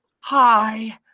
hi